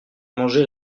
mangé